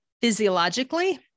physiologically